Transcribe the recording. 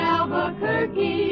Albuquerque